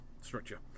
structure